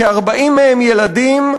כ-40 מהם ילדים,